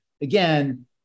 again